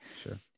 Sure